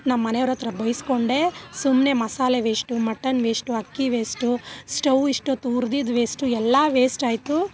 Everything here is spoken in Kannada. ನಮ್ಮಮನೆಯವ್ರಹತ್ರ ಬೈಸ್ಕೊಂಡೆ ಸುಮ್ಮನೆ ಮಸಾಲೆ ವೇಸ್ಟು ಮಟನ್ ವೇಸ್ಟು ಅಕ್ಕಿ ವೇಸ್ಟು ಸ್ಟೌವ್ ಇಷ್ಟೊತ್ತು ಉರ್ದಿದ್ದು ವೇಸ್ಟು ಎಲ್ಲ ವೇಸ್ಟಾಯಿತು